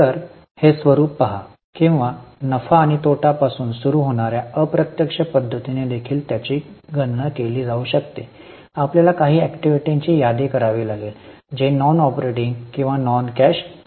तर हे स्वरूप पहा किंवा नफा आणि तोटा पासून सुरू होणार्या अप्रत्यक्ष पद्धतीने देखील त्याची गणना केली जाऊ शकते आपल्याला काही ऍक्टिव्हिटीची यादी करावी लागेल जे नॉन ऑपरेटिंग किंवा नॉन कॅश आहेत